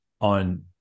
on